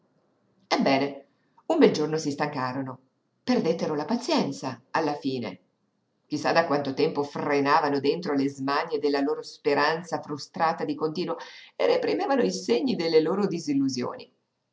ebbene un bel giorno si stancarono perdettero la pazienza alla fine chi sa da quanto tempo frenavano dentro le smanie della loro speranza frustrata di continuo e reprimevano i segni delle loro disillusioni